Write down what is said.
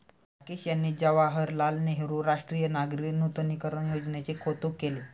राकेश यांनी जवाहरलाल नेहरू राष्ट्रीय नागरी नूतनीकरण योजनेचे कौतुक केले